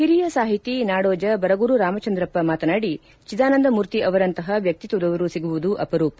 ಓರಿಯ ಸಾಹಿತಿ ನಾಡೋಜ ಬರಗೂರು ರಾಮಚಂದ್ರಪ್ಪ ಮಾತನಾಡಿ ಚಿದಾನಂದಮೂರ್ತಿ ಅವರಂತಹ ವ್ರಕ್ತಿತ್ವದವರು ಸಿಗುವುದು ಅಪರೂಪ